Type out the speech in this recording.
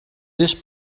this